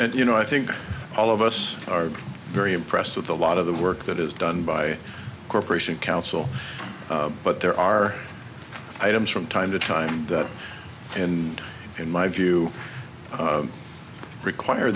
and you know i think all of us are very impressed with a lot of the work that is done by corporation counsel but there are items from time to time that and in my view require